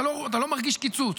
אתה לא מרגיש קיצוץ.